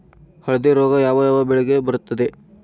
ಹಳದಿ ರೋಗ ಯಾವ ಯಾವ ಬೆಳೆಗೆ ಬರುತ್ತದೆ?